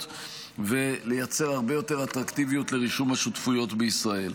ולייצר הרבה יותר אטרקטיביות לרישום השותפויות בישראל.